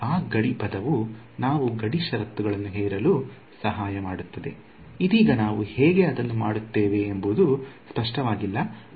ಆ ಗಡಿ ಪದವು ನಾವು ಗಡಿ ಷರತ್ತುಗಳನ್ನು ಹೇರಲು ಸಹಾಯ ಮಾಡುತ್ತದೆ ಇದೀಗ ನಾವು ಹೇಗೆ ಅದನ್ನು ಮಾಡುತ್ತೇವೆ ಎಂಬುದು ಸ್ಪಷ್ಟವಾಗಿಲ್ಲ